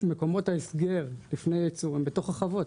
מקומות ההסגר לפני הייצוא הן בתוך החוות.